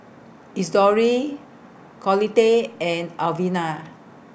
Isidore Collette and Alvina